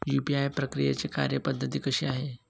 UPI प्रक्रियेची कार्यपद्धती कशी आहे?